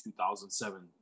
2007